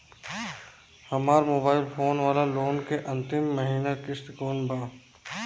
हमार mobile phone वाला loan के अंतिम महिना किश्त कौन बा?